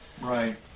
Right